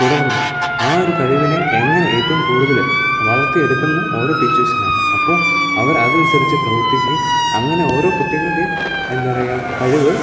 തുടർന്ന് ആ ഒരു കഴിവിനെ എങ്ങനെ ഏറ്റവും കൂടുതൽ വളർത്തിയെടുക്കും എന്ന് ഓരോ ടീച്ചേഴ്സിനും അറിയാം അപ്പോൾ അവർ അത് അനുസരിച്ച് പ്രവർത്തിക്കുകയും അങ്ങനെ ഓരോ കുട്ടികളുടെയും എന്താ പറയുക കഴിവ്